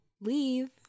Leave